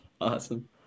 Awesome